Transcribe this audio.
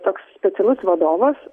toks specialus vadovas